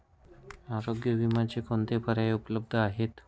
आरोग्य विम्याचे कोणते पर्याय उपलब्ध आहेत?